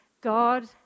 God